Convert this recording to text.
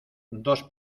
dos